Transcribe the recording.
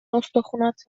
استخونات